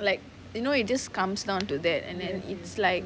like you know it just comes down to that and then it's like